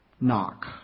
knock